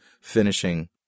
finishing